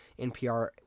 NPR